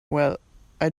well—i